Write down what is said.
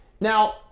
Now